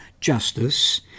justice